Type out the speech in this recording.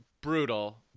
brutal